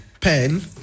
pen